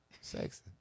sexy